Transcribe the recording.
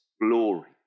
glory